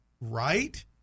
right